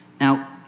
Now